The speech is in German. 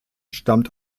stammt